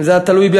אם זה היה תלוי בי,